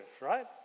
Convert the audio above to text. right